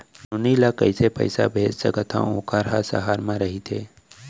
नोनी ल कइसे पइसा भेज सकथव वोकर ह सहर म रइथे?